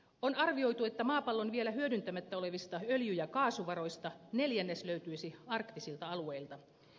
on arvioitu että maapallon vielä hyödyntämättä olevista öljy ja kaasuvaroista neljännes löytyisi arktisilta alueilta